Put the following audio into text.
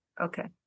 Okay